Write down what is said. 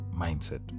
mindset